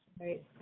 right